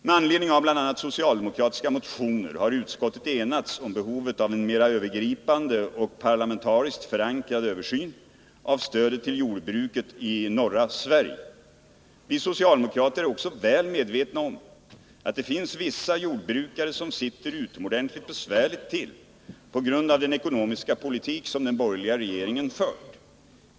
Med anledning av bl.a. socialdemokratiska motioner har utskottet enats om behovet av en mer övergripande och parlamentariskt förankrad översyn av stödet till jordbruket i norra Sverige. Vi socialdemokrater är också väl medvetna om att det finns vissa jordbrukare som sitter utomordentligt besvärligt till på grund av den ekonomiska politik som den borgerliga regeringen har fört.